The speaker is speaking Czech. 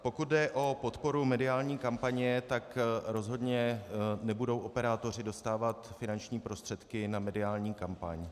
Pokud jde o mediální kampaně, tak rozhodně nebudou operátoři dostávat finanční prostředky na mediální kampaň.